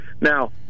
now